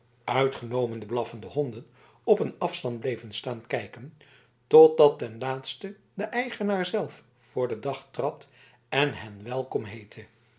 uitgenomen de blaffende honden op een afstand bleven staan kijken totdat ten laatste de eigenaar zelf voor den dag trad en hen wellekom heette